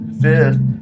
fifth